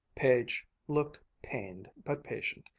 page looked pained but patient,